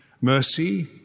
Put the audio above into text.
mercy